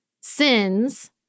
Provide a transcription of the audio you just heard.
sins